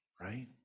right